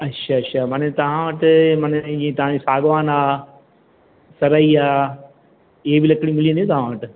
अच्छा अच्छा माना तव्हां वट माना ये तांजी सागवान आ तरई आहे इहा बि लकड़ी मिली वेंदियूं न तव्हां वटि